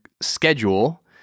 schedule